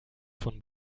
von